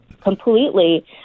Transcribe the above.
completely